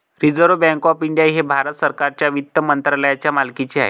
reserve Bank of India हे भारत सरकारच्या वित्त मंत्रालयाच्या मालकीचे आहे